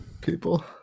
people